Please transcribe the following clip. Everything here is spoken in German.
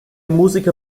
musiker